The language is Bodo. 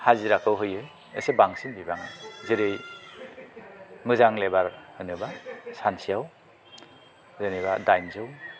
हाजिराखौ होयो एसे बांसिन बिबां जेरै मोजां लेबार होनोबा सानसेयाव जेनेबा दाइनजौ